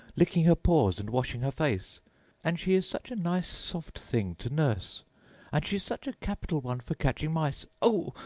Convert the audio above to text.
licking her paws and washing her face and she is such a nice soft thing to nurse and she's such a capital one for catching mice oh,